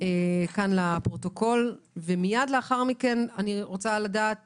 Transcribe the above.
לפרוטוקול ואחר כך ארצה לדעת